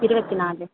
இருபத்தி நாலு